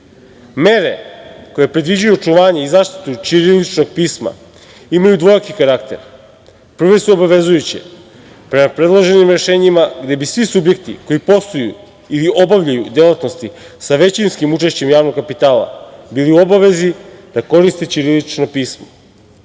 mere koje predviđaju očuvanje i zaštitu ćiriličnog pisma imaju dvojaki karakter. Prvo su obavezujuće. Prema predloženim rešenjima gde bi svi subjekti koji posluju ili obavljaju delatnosti sa većinskim učešćem javnog kapitala bili u obavezi da koriste ćirilično pismo.